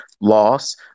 loss